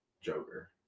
Joker